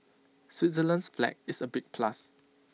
Switzerland's flag is A big plus